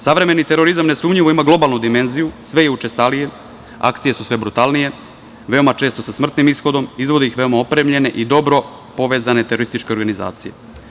Savremeni terorizam nesumnjivo ima globalnu dimenziju i sve je učestaliji i akcije su sve brutalnije, veoma često sa smrtnih ishodom, izvode ih veoma opremljene i dobro povezane terorističke organizacije.